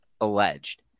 alleged